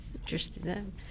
Interesting